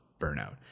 burnout